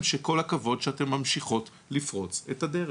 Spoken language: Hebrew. כל הכבוד שאתן ממשיכות לפרוץ את הדרך,